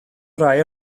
rai